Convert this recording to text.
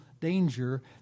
danger